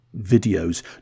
videos